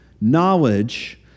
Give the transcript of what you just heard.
knowledge